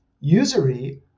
Usury